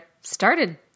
started